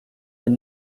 but